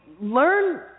learn